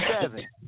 seven